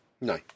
no